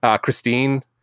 Christine